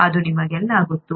ಅದು ನಿಮಗೆಲ್ಲ ಗೊತ್ತು